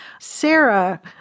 Sarah